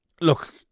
look